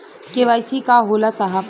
KYC का होला साहब?